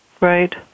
Right